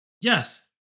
Yes